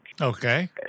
Okay